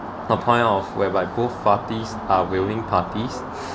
a point of whereby both parties are willing parties